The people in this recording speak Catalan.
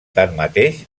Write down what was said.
tanmateix